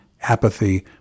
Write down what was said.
apathy